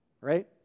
right